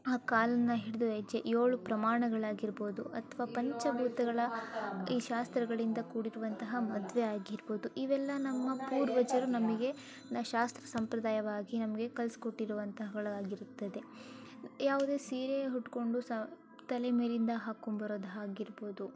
ಆ ಕಾಲನ ಹಿಡಿದು ಹೆಜ್ಜೆ ಏಳು ಪ್ರಮಾಣಗಳಾಗಿರ್ಬೋದು ಅಥ್ವಾ ಪಂಚ ಭೂತಗಳ ಈ ಶಾಸ್ತ್ರಗಳಿಂದ ಕೂಡಿರುವಂತಹ ಮದುವೆ ಆಗಿರ್ಬೋದು ಇವೆಲ್ಲ ನಮ್ಮ ಪೂರ್ವಜರು ನಮಗೆ ಶಾಸ್ತ್ರ ಸಂಪ್ರದಾಯವಾಗಿ ನಮಗೆ ಕಲಿಸ್ಕೊಟ್ಟಿರುವಂತವುಗಳಾಗಿರುತ್ತದೆ ಯಾವುದೇ ಸೀರೆ ಹುಟ್ಟಿಕೊಂಡು ಸಹ ತಲೆ ಮೇಲಿಂದ ಹಾಕೊಂಡು ಬರೋದು ಆಗಿರ್ಬೋದು